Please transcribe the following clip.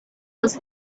was